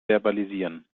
verbalisieren